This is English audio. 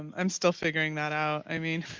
um i'm still figuring that out. i mean,